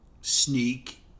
Sneak